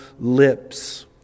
lips